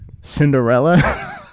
Cinderella